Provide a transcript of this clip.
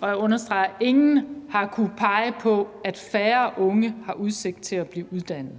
og jeg understreger ingen – har kunnet pege på, at færre unge har udsigt til at blive uddannet.